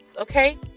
Okay